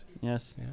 Yes